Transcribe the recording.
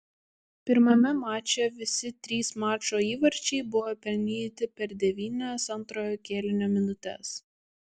pirmame mače visi trys mačo įvarčiai buvo pelnyti per devynias antrojo kėlinio minutes